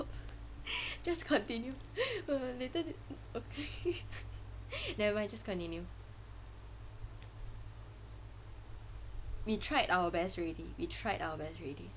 just continue !wah! later okay nevermind just continue we tried our best already we tried our best already